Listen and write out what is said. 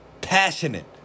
passionate